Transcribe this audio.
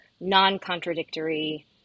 non-contradictory